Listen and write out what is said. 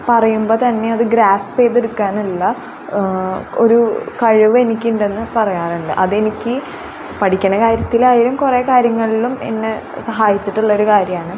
പറയുമ്പോൾ തന്നെ അത് ഗ്രാസ്പ്പ് ചെയ്തെടുക്കാനുള്ള ഒരു കഴിവെനിക്ക് ഉണ്ടെന്ന് പറയാറുണ്ട് അതെനിക്ക് പഠിക്കുന്ന കാര്യത്തിലായാലും കുറേ കാര്യങ്ങളിലും എന്നെ സഹായിച്ചിട്ടുള്ളൊരു കാര്യമാണ്